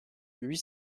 huit